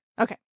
Okay